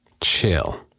Chill